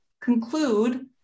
conclude